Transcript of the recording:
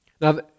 Now